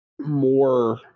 more